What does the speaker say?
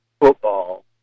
football